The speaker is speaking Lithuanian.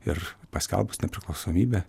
ir paskelbus nepriklausomybę